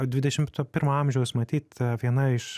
dvidešimt pirmo amžiaus matyt viena iš